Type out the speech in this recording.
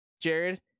Jared